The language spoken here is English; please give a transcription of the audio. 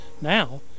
Now